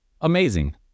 Amazing